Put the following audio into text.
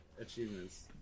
achievements